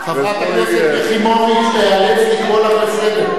חברת הכנסת יחימוביץ, איאלץ לקרוא לך לסדר.